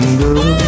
girl